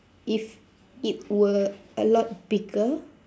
if it were a lot bigger